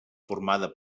formada